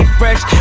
fresh